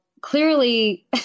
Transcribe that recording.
clearly